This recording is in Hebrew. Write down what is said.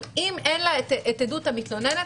אם אין לה את עדות הנפגעת,